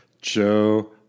Joe